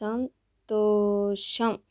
సంతోషం